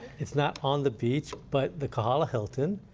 it's not on the beach, but the kahala hilton,